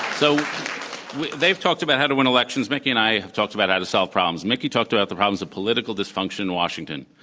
so they've talked about how to win elections. mickey and i have talked about how to solve problems. mickey talked about the problems of political dysfunction in washington,